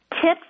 Tips